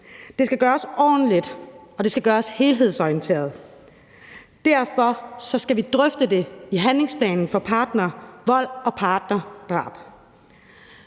Det skal gøres ordentligt, og det skal gøres helhedsorienteret. Derfor skal vi drøfte det i forbindelse med handlingsplanen mod partnervold og partnerdrab.